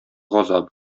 газабы